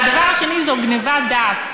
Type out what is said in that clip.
והדבר השני, זו גנבת דעת: